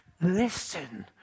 listen